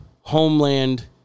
homeland